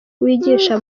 wigisha